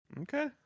Okay